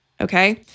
Okay